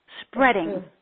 spreading